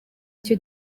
cyo